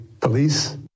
police